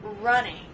running